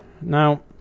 Now